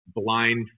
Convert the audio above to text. blind